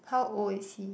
how old is he